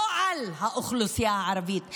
לא על האוכלוסייה הערבית.